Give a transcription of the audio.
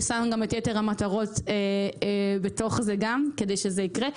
שמה גם את יתר המטרות בתוך זה כדי שזה יקרה.